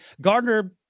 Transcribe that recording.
Gardner